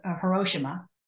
Hiroshima